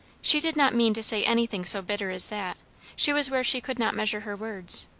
she did not mean to say anything so bitter as that she was where she could not measure her words.